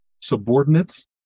subordinates